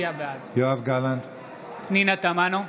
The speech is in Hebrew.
בעד פנינה תמנו,